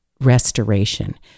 restoration